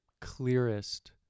clearest